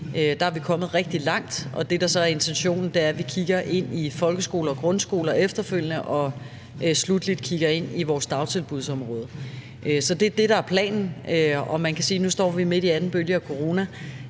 Der er vi kommet rigtig langt, og det, der så er intentionen, er, at vi kigger på folkeskoler og grundskoler efterfølgende og sluttelig kigger på vores dagtilbudsområde. Så det er det, der er planen. Man kan sige, at nu står vi midt i anden bølge af corona,